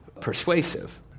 persuasive